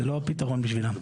זה לא הפתרון בשבילם.